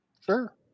sure